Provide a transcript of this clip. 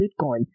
bitcoin